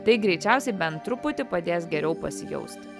tai greičiausiai bent truputį padės geriau pasijausti